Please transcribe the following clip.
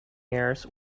mirrors